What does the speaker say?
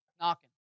Knocking